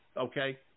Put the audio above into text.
okay